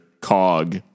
cog